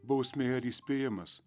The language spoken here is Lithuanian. bausmė ar įspėjimas